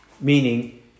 meaning